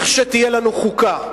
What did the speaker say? לכשתהיה לנו חוקה,